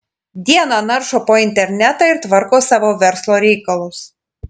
dieną naršo po internetą ir tvarko savo verslo reikalus